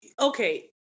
okay